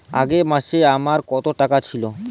আগের মাসে আমার কত টাকা ছিল?